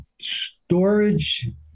storage